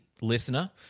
listener